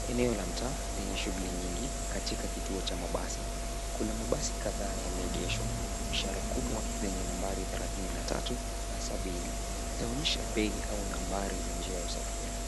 Eneo la mtaa lenye shughuli nyingi katika kituo cha mabasi. Kuna mabasi kadhaa yameegesho ishara kubwa zenye nambari thelatini na tatu na sabini zaonyesha bei au nambari za njia ya usafiri.